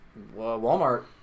Walmart